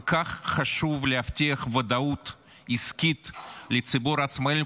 כל כך חשוב להבטיח ודאות עסקית לציבור העצמאים,